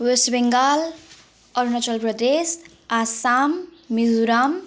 West Bengal Arunachal Pradesh Assam Mizoram